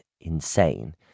insane